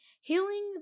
healing